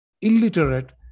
illiterate